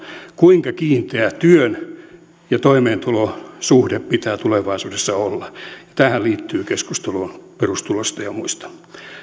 kuinka kiinteä työn ja toimeentulon suhde pitää tulevaisuudessa olla ja tähän liittyy keskustelu perustulosta ja muista